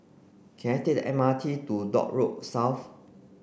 can I take the M R T to Dock Road South